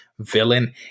Villain